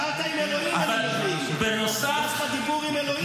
אתה דיברת עם אלוהים,